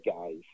guys